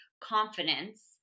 confidence